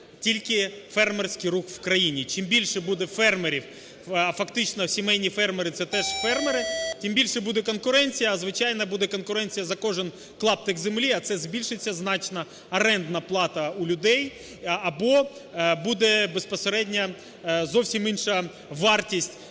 тільки фермерський рух в країні. Чим більше буде фермерів, а фактично сімейні фермери це теж фермери, тим більше буде конкуренція. А, звичайно, буде конкуренція за кожен клаптик землі, а це збільшиться значно орендна плата у людей. Або буде безпосередня, зовсім інша вартість